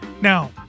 Now